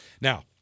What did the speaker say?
Now